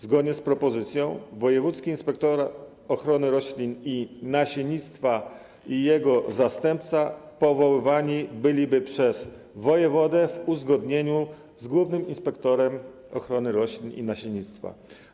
Zgodnie z propozycją wojewódzki inspektor ochrony roślin i nasiennictwa i jego zastępca powoływani byliby przez wojewodę w uzgodnieniu z głównym inspektorem ochrony roślin i nasiennictwa.